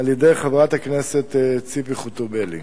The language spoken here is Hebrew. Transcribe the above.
על-ידי חברת הכנסת ציפי חוטובלי.